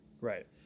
Right